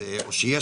או שיש